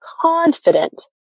confident